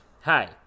hi